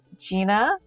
Gina